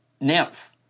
nymph